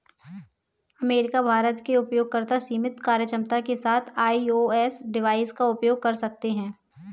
America, Bharat के उपयोगकर्ता सीमित कार्यक्षमता के साथ आई.ओ.एस डिवाइस का उपयोग कर सकते हैं